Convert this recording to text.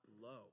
low